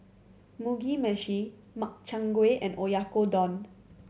Mugi Meshi Makchang Gui and Oyakodon